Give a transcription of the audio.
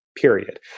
period